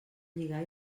lligar